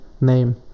name